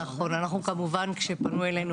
נכון, אנחנו כמובן כשפנו אלינו